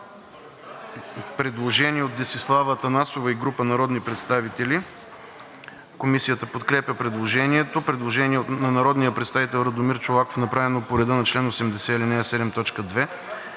Предложение от Десислава Атанасова и група народни представители. Комисията подкрепя предложението. Предложение на народния представител Радомир Чолаков, направено по реда на чл. 80, ал.